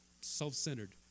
self-centered